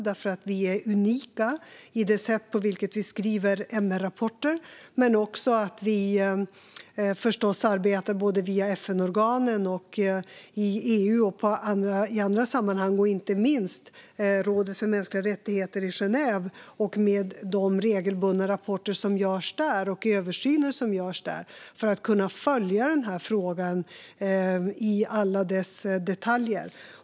Vi är nämligen unika i det sätt på vilket vi skriver MR-rapporter men också i att vi förstås arbetar såväl via FN-organen och i EU som i andra sammanhang - inte minst i rådet för mänskliga rättigheter i Genève och de regelbundna rapporter och översyner som görs där - för att kunna följa den här frågan i alla dess detaljer.